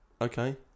Okay